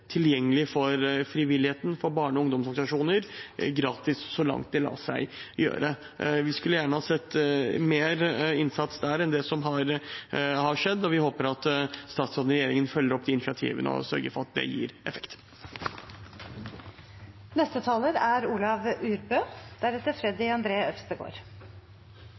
tilgjengelig for frivilligheten, for barne- og ungdomsorganisasjoner – gratis, så langt det lar seg gjøre. Vi skulle gjerne ha sett mer innsats der enn det som har skjedd, og vi håper at statsråden og regjeringen følger opp de initiativene og sørger for at det gir